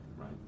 Right